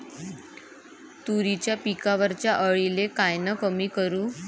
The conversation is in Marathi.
तुरीच्या पिकावरच्या अळीले कायनं कमी करू?